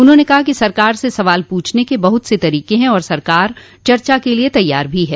उन्होंने कहा कि सरकार से सवाल पूछने के बहुत से तरीके हैं और सरकार चर्चा के लिए तैयार भी है